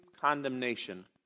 condemnation